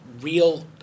real